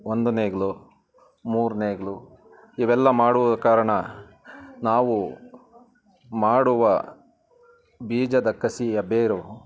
ಒಂದು ನೇಗಿಲು ಮೂರು ನೇಗಿಲು ಇವೆಲ್ಲ ಮಾಡುವ ಕಾರಣ ನಾವು ಮಾಡುವ ಬೀಜದ ಕಸಿಯ ಬೇರು